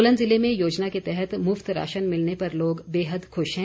सोलन जिले में योजना के तहत मुफ्त राशन मिलने पर लोग बेहद खुश हैं